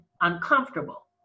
uncomfortable